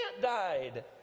died